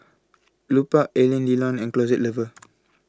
Lupark Alain Delon and Closet Lover